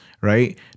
right